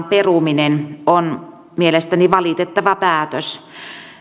peruminen kokonaan on mielestäni valitettava päätös